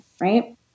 Right